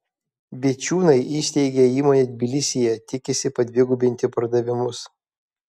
vičiūnai įsteigė įmonę tbilisyje tikisi padvigubinti pardavimus